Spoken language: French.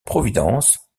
providence